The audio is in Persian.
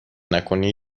نکنی